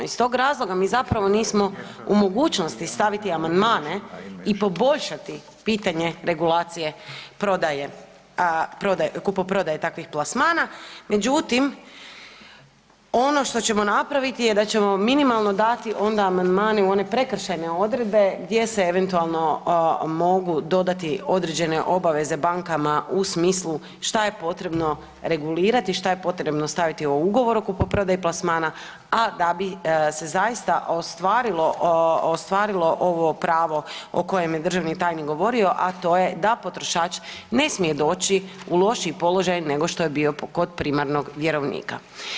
Iz tog razloga mi nismo u mogućnosti staviti amandmane i poboljšati pitanje regulacije kupoprodaje takvih plasmana, međutim ono što ćemo napraviti je da ćemo minimalno dati onda amandmane u one prekršajne odredbe gdje se eventualno mogu dodati određene obaveze bankama u smislu šta je potrebno regulirati i šta je potrebno staviti ugovor o kupoprodaji plasmana, a da bi se zaista ostvarilo ovo pravo o kojem je državni tajnik govorio, a to je da potrošač ne smije doći u lošiji položaj nego što je bio kod primarnog vjerovnika.